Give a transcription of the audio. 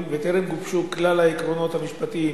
וטרם גובשו כלל העקרונות המשפטיים